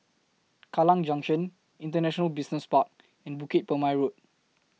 Kallang Junction International Business Park and Bukit Purmei Road